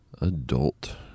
adult